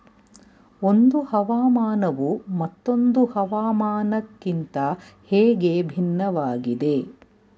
ಒಂದು ಹವಾಮಾನವು ಮತ್ತೊಂದು ಹವಾಮಾನಕಿಂತ ಹೇಗೆ ಭಿನ್ನವಾಗಿದೆ?